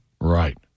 Right